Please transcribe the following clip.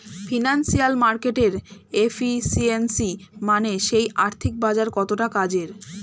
financial মার্কেটের efficiency মানে সেই আর্থিক বাজার কতটা কাজের